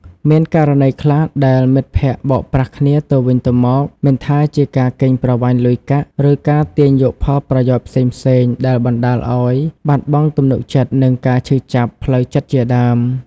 មានករណីខ្លះដែលមិត្តភក្តិបោកប្រាស់គ្នាទៅវិញទៅមក មិនថាជាការកេងប្រវ័ញ្ចលុយកាក់ ឬការទាញយកផលប្រយោជន៍ផ្សេងៗ ដែលបណ្ដាលឱ្យបាត់បង់ទំនុកចិត្ត និងការឈឺចាប់ផ្លូវចិត្តជាដើម ។